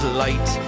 light